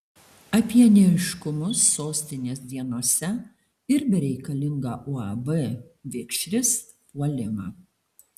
apie neaiškumus sostinės dienose ir bereikalingą uab vikšris puolimą